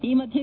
ಈ ಮಧ್ಯೆ